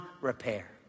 repair